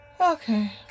okay